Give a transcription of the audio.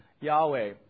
Yahweh